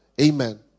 Amen